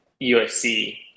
USC